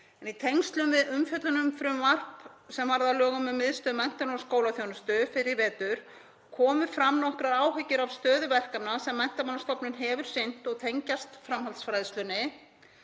Í tengslum við umfjöllun um frumvarp til laga um Miðstöð menntunar og skólaþjónustu fyrr í vetur komu fram nokkrar áhyggjur af stöðu verkefna sem Menntamálastofnun hefur sinnt og tengjast framhaldsfræðslunni.